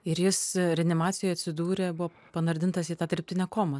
ir jis reanimacijoj atsidūrė buvo panardintas į tą dirbtinę komą